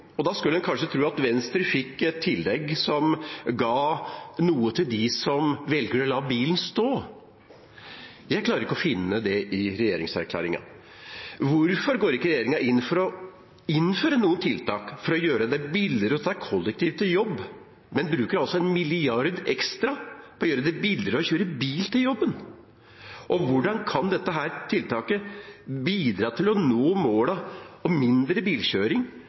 jobb. Da skulle en kanskje tro at Venstre fikk et tillegg som ga noe til dem som velger å la bilen stå, men jeg klarer ikke å finne det i regjeringserklæringen. Hvorfor går ikke regjeringa inn for å innføre tiltak for å gjøre det billigere å reise kollektivt til jobb, i stedet for å bruke 1 mrd. kr ekstra på å gjøre det billigere å kjøre bil til jobben? Hvordan kan dette tiltaket bidra til å nå målene om mindre bilkjøring